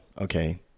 Okay